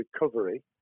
recovery